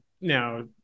now